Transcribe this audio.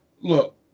look